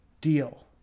deal